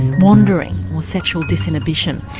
wandering, or sexual disinhibition.